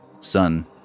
Son